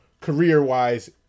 career-wise